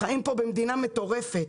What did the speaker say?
חיים פה במדינה מטורפת,